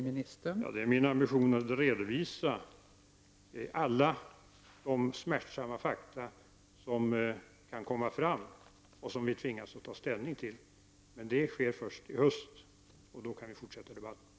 Fru talman! Det är min ambition att redovisa alla de smärtsamma fakta som kan komma fram och som vi tvingas att ta ställning till. Men det sker först i höst, och då kan vi fortsätta debatten.